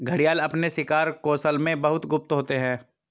घड़ियाल अपने शिकार कौशल में बहुत गुप्त होते हैं